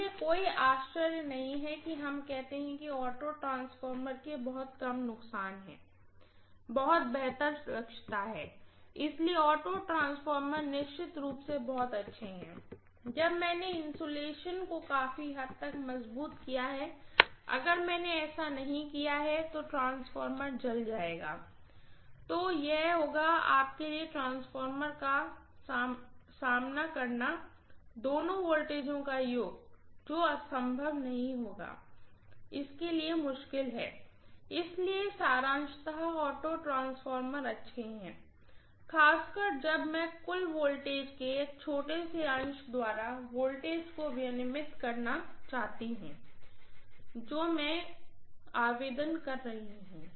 इसलिए कोई आश्चर्य नहीं कि हम कहते हैं कि ऑटो ट्रांसफॉर्मर के बहुत कम नुकसान हैं बहुत बेहतर दक्षता है इसलिए ऑटो ट्रांसफार्मर निश्चित रूप से बहुत अच्छे हैं जब मैंने इन्सुलेशन को काफी हद तक मजबूत किया है अगर मैंने ऐसा नहीं किया है कि ट्रांसफार्मर जल जायेगा तो यह होगा आपके लिए ट्रांसफार्मर का सामना करना दोनों वोल्टेजों का योग जो संभव नहीं होगा के लिए बहुत मुश्किल है इसलिए सारांशतः ऑटो ट्रांसफार्मर अच्छे हैं खासकर जब मैं कुल वोल्टेज के एक छोटे से अंश द्वारा वोल्टेज को विनियमित करना चाहती हूं जो मैं आवेदन कर रही हूँ